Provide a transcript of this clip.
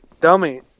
dummy